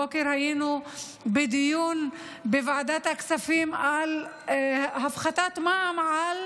הבוקר היינו בדיון בוועדת הכספים על הפחתת מע"מ על